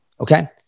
Okay